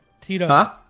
Tito